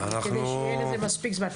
כדי שיהיה לזה מספיק זמן.